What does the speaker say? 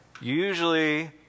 Usually